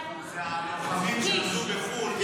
יש משהו שעשינו עם לוחמים שלמדו בחו"ל,